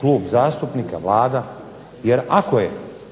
Klub zastupnika, Vlada, jer ako je